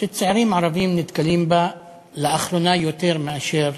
שצעירים ערבים נתקלים בה לאחרונה יותר מאשר